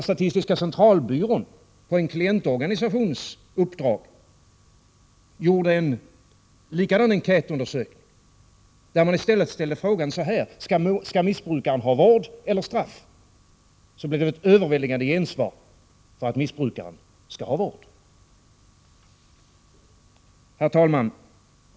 Statistiska centralbyrån gjorde på en klientorganisations uppdrag en likadan enkätundersökning, där man ställde frågan så här: Skall missbrukare ha vård eller straff? Då blev det ett överväldigande gensvar för att missbrukaren skall ha vård. Herr talman!